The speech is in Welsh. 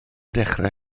dechrau